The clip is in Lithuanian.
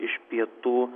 iš pietų